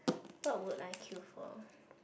what would I queue for